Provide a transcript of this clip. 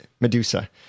medusa